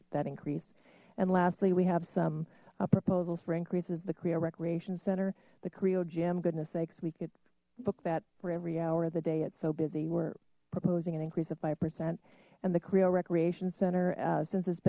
if that increased and lastly we have some proposals for increases the korea recreation center the kre o gym goodness sakes we could book that for every hour of the day it's so busy we're proposing an increase of five percent and the carrillo recreation center since it's